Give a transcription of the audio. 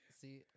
See